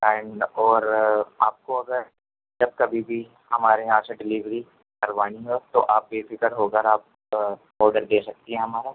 and اور آپ کو اگر جب کبھی بھی ہمارے یہاں سے ڈلیوری کروانی ہو تو آپ بے فکر ہو کر آپ آرڈر دے سکتی ہیں ہمارا